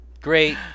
Great